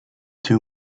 two